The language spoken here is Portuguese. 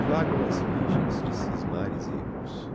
vagam as virgens de cismares ermos